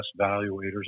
valuators